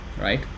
right